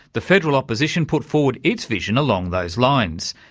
the federal opposition put forward its vision along those lines,